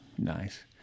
Nice